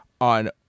on